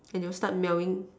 then they'll start meowing